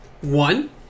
One